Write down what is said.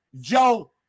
Joe